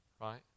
Right